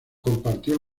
compartió